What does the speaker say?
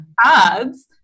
cards